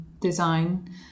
design